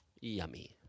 Yummy